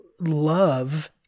love